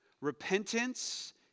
Repentance